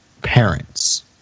parents